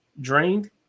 drained